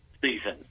season